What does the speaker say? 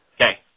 Okay